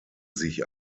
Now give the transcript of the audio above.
sich